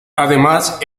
además